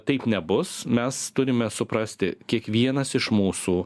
taip nebus mes turime suprasti kiekvienas iš mūsų